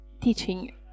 teaching